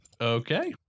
Okay